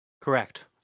Correct